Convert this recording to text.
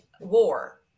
war